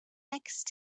next